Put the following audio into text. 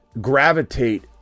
gravitate